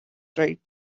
right